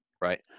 right